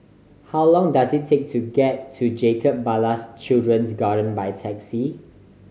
how long does it take to get to Jacob Ballas Children's Garden by taxi